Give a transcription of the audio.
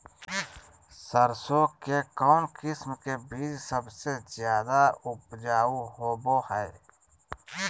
सरसों के कौन किस्म के बीच सबसे ज्यादा उपजाऊ होबो हय?